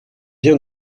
bien